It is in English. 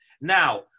Now